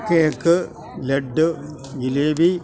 cake laddu jalebi